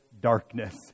darkness